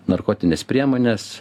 narkotines priemones